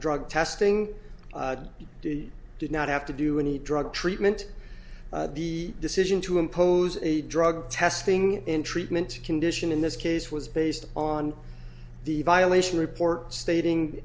drug testing he did not have to do any drug treatment the decision to impose a drug testing in treatment condition in this case was based on the violation report stating